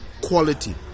quality